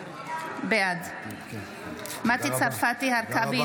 בעד מטי צרפתי הרכבי,